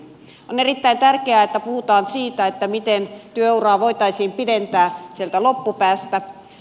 on erittäin tärkeää että puhutaan siitä miten työuraa voitaisiin pidentää sieltä loppupäästä